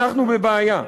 אנחנו בבעיה.